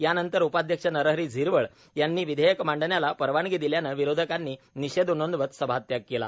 यानंतर उपाध्यक्ष नरहरी झिरवळ यांनी विधेयक मांडण्याला परवानगी दिल्यानं विरोधकांनी निषेध नोंदवत सभात्याग केला